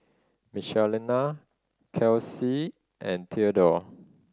Michelina Kelsey and Theodore